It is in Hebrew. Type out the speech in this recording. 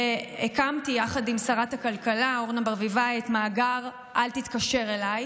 והקמתי יחד עם שרת הכלכלה אורנה ברביבאי את מאגר "אל תתקשר אליי",